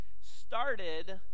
Started